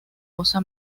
osa